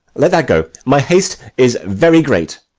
let that go. my haste is very great.